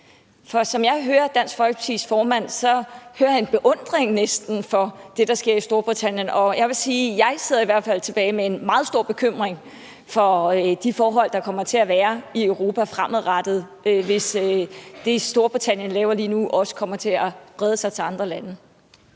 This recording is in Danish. For som jeg hører Dansk Folkepartis formand, hører jeg næsten en beundring for det, der sker i Storbritannien, og jeg vil i hvert fald sige, at jeg sidder tilbage med en meget stor bekymring for de forhold, der kommer til at være i Europa fremadrettet, hvis det, Storbritannien laver lige nu, også kommer til at brede sig til andre lande.